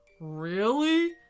Really